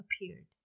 appeared